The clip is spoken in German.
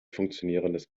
funktionierendes